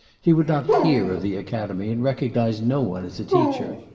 he would not hear of the academy, and recognised no one as a teacher.